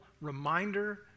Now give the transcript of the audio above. reminder